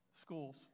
schools